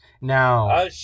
Now